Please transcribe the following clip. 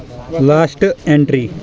last entry